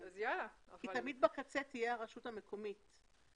תמיד בקצה תהיה הרשות המקומית.